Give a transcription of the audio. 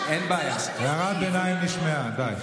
הלג הבא שלהם יהיה שטלי גוטליב